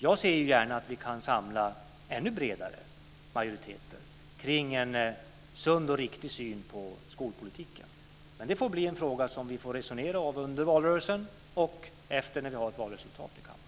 Jag ser gärna att vi samlar ännu bredare majoriteter kring en sund och riktig syn på skolpolitiken. Men det får bli en fråga som vi får resonera om under valrörelsen och efter det att vi har ett valresultat i kammaren.